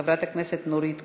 חברת הכנסת נורית קורן,